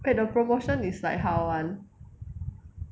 wait the promotion is like how [one]